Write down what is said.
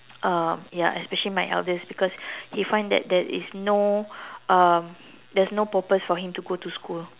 um ya especially my eldest because he find that there is no um there's no purpose for him to go to school